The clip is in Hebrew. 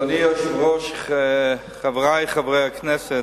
אדוני היושב-ראש, חברי חברי הכנסת,